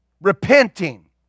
repenting